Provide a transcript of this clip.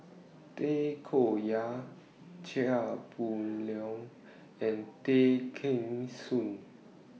Tay Koh Yat Chia Boon Leong and Tay Kheng Soon